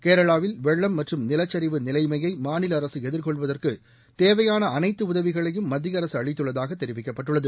கேரளாவில் வெள்ளம் மற்றும் நிலச்சரிவு நிலைமையை மாநில அரசு எதிர்கொள்வதற்கு தேவையாள அனைத்து உதவிகளையும் மத்திய அரசு அளித்துள்தாக தெரிவிக்கப்பட்டுள்ளது